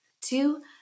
Two